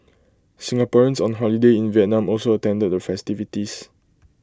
Singaporeans on holiday in Vietnam also attended the festivities